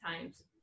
times